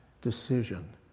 decision